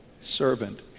servant